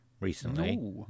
recently